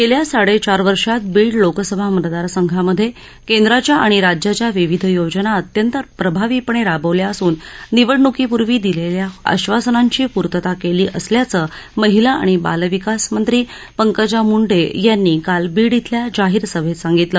गेल्या साडेचार वर्षात बीड लोकसभा मतदारसंघांमध्ये केंद्राच्या आणि राज्याच्या विविध योजना अत्यंत प्रभावीपणे राबवल्या असून निवडणुकीपूर्वी दिलेल्या होती त्या आश्वासनांची पूर्तता केली असल्याचं महिला आणि बालविकासमंत्री पंकजा मुंडे यांनी काल बीड इथल्या जाहीर सभेत सांगितलं